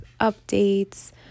updates